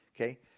Okay